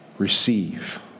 receive